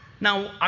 Now